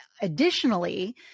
additionally